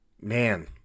Man